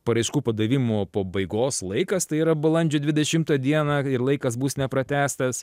paraiškų padavimo pabaigos laikas tai yra balandžio dvidešimtą dieną ir laikas bus nepratęstas